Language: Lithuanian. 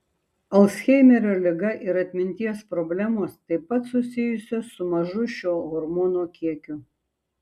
alzheimerio liga ir atminties problemos taip pat susijusios su mažu šio hormono kiekiu